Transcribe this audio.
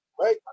Right